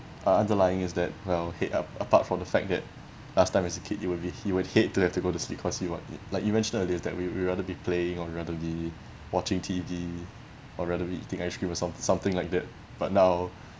uh underlying is that well head ap~ apart from the fact that last time as a kid you would be you would hate to have to go to sleep because you want like you mentioned earlier that we we'd rather be playing or rather be watching T_V or rather be eating ice cream or some~ something like that but now